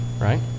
right